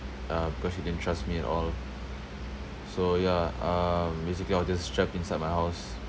uh because she didn't trust me at all so ya um basically I was just trapped inside my house